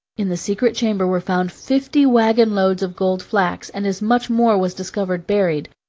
in the secret chamber were found fifty wagon-loads of gold flax, and as much more was discovered buried.